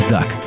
Zuck